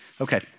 Okay